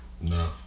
No